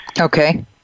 Okay